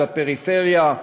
בפריפריה,